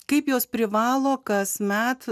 kaip jos privalo kasmet